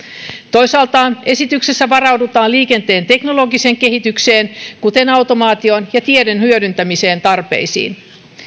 toisaalta esityksessä varaudutaan liikenteen teknologiseen kehitykseen kuten automaatioon ja tiedon hyödyntämisen tarpeisiin